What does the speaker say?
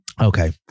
Okay